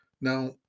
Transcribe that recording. Now